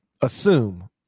assume